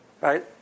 right